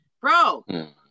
bro